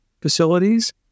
facilities